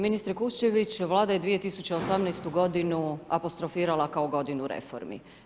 Ministre Kuščević, Vlada je 2018. g. apostrofirala kao godinu reformi.